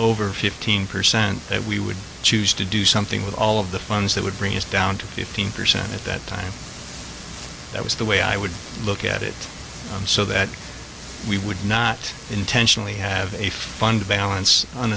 over fifteen percent that we would choose to do something with all of the funds that would bring us down to fifteen percent at that time that was the way i would look at it so that we would not intentionally have a fund balance